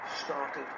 Started